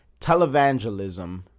Televangelism